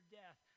death